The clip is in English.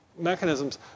mechanisms